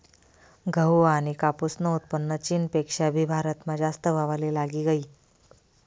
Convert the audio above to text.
गहू आनी कापूसनं उत्पन्न चीनपेक्षा भी भारतमा जास्त व्हवाले लागी गयी